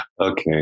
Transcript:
Okay